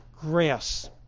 grass